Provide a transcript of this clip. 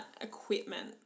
equipment